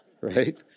right